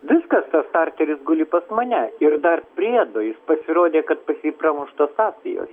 viskas tas starteris guli pas mane ir dar priedo jis pasirodė kad pas jį pramuštos apvijos